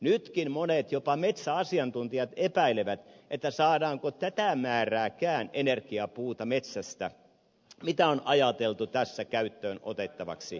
nytkin monet jopa metsäasiantuntijat epäilevät saadaanko energiapuuta metsästä tätä määrääkään mitä on ajateltu tässä käyttöön otettavaksi